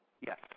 Yes